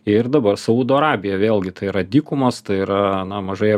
ir dabar saudo arabija vėlgi tai yra dykumos tai yra na mažai